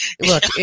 Look